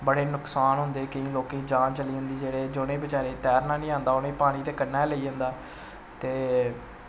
बड़े नुकसान होंदे बड़े लोकें दी जान चली जंदी जिनें बचैरें गी तैरना नी आंदा उनें ते पानी कन्नै गै लेई जंदा ते